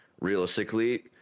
realistically